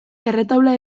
erretaula